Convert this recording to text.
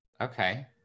Okay